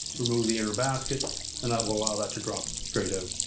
remove the inner basket and that will allow that to drop straight out.